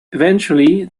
eventually